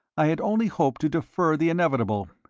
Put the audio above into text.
i had only hoped to defer the inevitable.